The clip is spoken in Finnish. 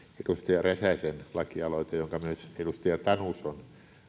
edustaja räsäsen lakialoite jonka myös edustaja tanus on